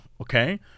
okay